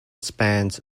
spans